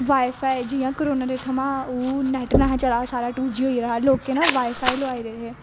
wi fi जियां corona थमां ओह् नैट नेईं हा चला दा सारा टू जी होई गेदा हा लोकें दा वाई फाई लोआई लेदे हे